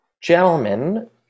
Gentlemen